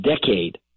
decade